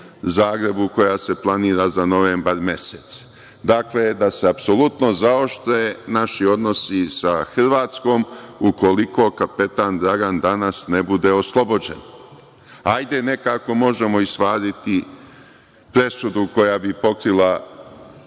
koja se planira za novembar mesec. Dakle, da se apsolutno zaoštre naši odnosi sa Hrvatskom ukoliko Kapetan Dragan danas ne bude oslobođen. Hajde, nekako možemo i svariti presudu koja bi pokrila ove